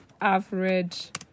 average